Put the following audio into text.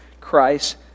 Christ